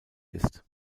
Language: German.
ist